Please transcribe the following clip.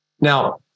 Now